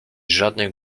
żadnych